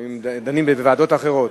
ולפעמים דנים בוועדות אחרות.